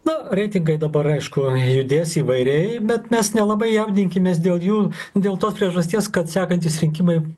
na reitingai dabar aišku judės įvairiai bet mes nelabai jaudinkimės dėl jų dėl tos priežasties kad sekantys rinkimai